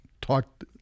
talked